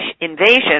invasion